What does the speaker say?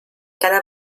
cada